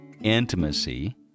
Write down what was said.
intimacy